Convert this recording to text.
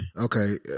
Okay